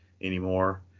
anymore